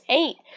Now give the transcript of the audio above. eight